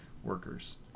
workers